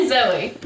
Zoe